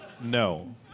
No